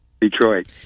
Detroit